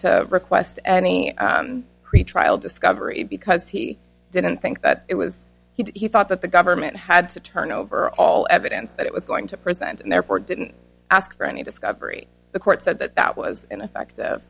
to request any pretrial discovery because he didn't think that it was he thought that the government had to turn over all evidence that it was going to present and therefore didn't ask for any discovery the court said that that was ineffective